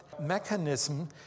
mechanism